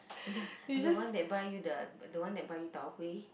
the the one that buy you the the one that buy you Tau-Huay